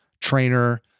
Trainer